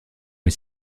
est